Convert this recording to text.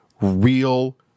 real